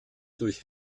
durch